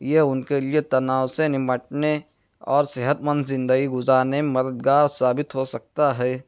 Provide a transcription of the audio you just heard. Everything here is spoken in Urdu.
یہ ان کے لئے تناؤ سے نمٹنے اور صحت مند زندگی گزارنے میں مددگار ثابت ہو سکتا ہے